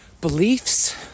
beliefs